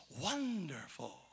wonderful